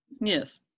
Yes